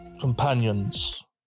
Companions